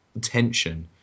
tension